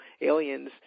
aliens